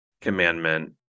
Commandment